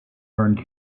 earned